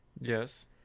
yes